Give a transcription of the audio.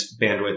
bandwidth